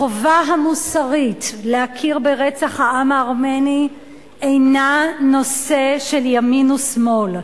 החובה המוסרית להכיר ברצח העם הארמני אינה נושא של ימין ושמאל.